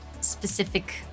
specific